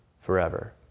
forever